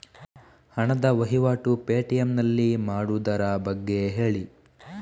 ಹಣದ ವಹಿವಾಟು ಪೇ.ಟಿ.ಎಂ ನಲ್ಲಿ ಮಾಡುವುದರ ಬಗ್ಗೆ ಹೇಳಿ